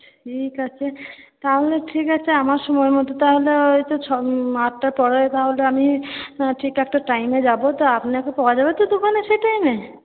ঠিক আছে তাহলে ঠিক আছে আমার সময় মতো তাহলে ওই তো ছয় আটটার পরে তাহলে আমি ঠিকঠাক টাইমে যাবো তো আপনাকে পাওয়া যাবে তো দোকানে সেই টাইমে